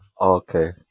Okay